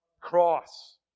cross